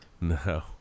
No